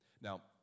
Now